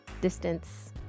distance